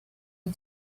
you